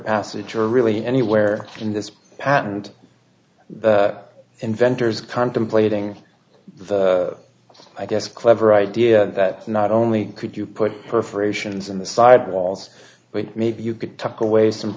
passage or really anywhere in this patent the inventors contemplating the i guess clever idea that not only could you put perforations in the side walls but maybe you could tuck away some